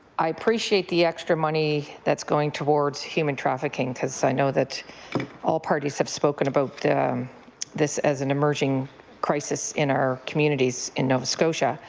i appreciate the extra money that's going towards human trafficking because i know that all partes have spoken about this as an emerging crisis in our communities in nova scotia.